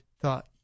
thought